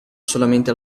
solamente